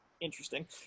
Interesting